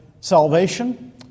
salvation